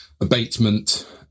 abatement